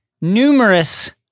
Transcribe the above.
numerous